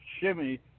shimmy